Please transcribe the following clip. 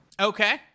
okay